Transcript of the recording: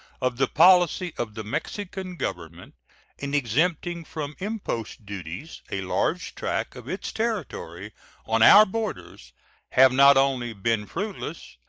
of the policy of the mexican government in exempting from impost duties a large tract of its territory on our borders have not only been fruitless,